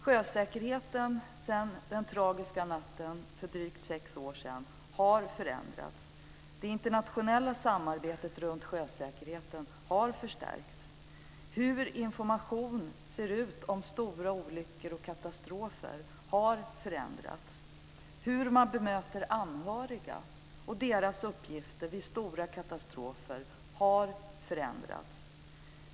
Sjösäkerheten sedan den tragiska natten för drygt sju år sedan har förändrats. Det internationella samarbetet kring sjösäkerheten har förstärkts. Hur information ser ut om stora olyckor och katastrofer har förändrats. Hur man bemöter anhöriga och deras uppgifter vid stora katastrofer har förändrats.